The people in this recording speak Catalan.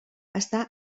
està